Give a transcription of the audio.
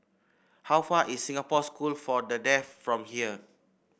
how far is Singapore School for the Deaf from here